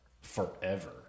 forever